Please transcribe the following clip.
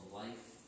life